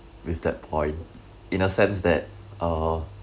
with that point in a sense that uh